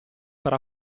per